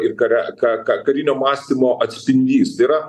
ir kare ką ką karinio mąstymo atspindys tai yra